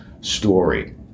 story